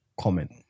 comment